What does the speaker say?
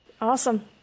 Awesome